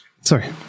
Sorry